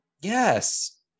Yes